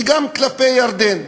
וגם כלפי ירדן.